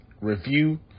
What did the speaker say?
review